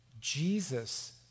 Jesus